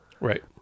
Right